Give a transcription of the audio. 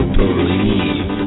believe